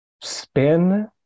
spin